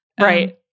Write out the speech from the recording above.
Right